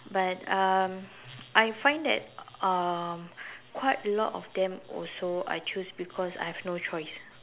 but um I find that um quite a lot of them also I choose because I have no choice